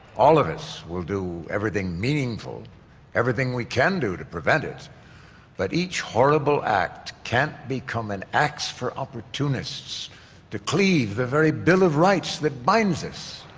all of us will do everything meaningful everything we can do to prevent it but each horrible act can't become an axe for opportunists to cleave the very bill of rights that binds us,